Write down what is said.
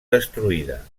destruïda